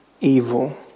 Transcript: evil